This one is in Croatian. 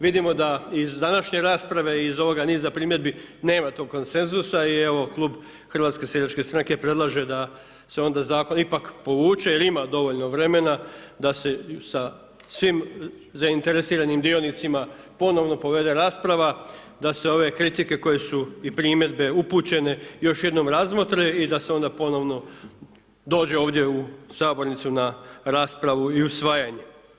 Vidimo da iz današnje rasprave i iz ovoga niza primjedbi nema tog konsenzusa i evo, Klub zastupnika HSS-a predlaže da se onda Zakon ipak povuče jer ima dovoljno vremena da se sa svim zainteresiranim dionicima ponovno povede rasprava, da se ove kritike koje su i primjedbe upućene još jednom razmotre i da se onda ponovno dođe u sabornicu na raspravu i usvajanje.